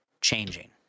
changing